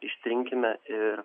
ištrinkime ir